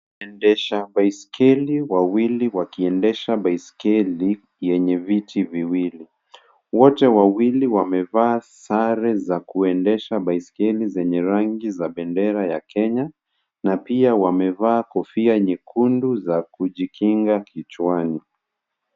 Waendesha baiskeli wawili wakiendesha baiskeli yenye viti viwili. Wote wawili wamevaa sare za kuendesha baiskeli zenye rangi za bendera ya Kenya na pia wamevaa kofia nyekundu za kujikinga kichwani.